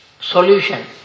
solution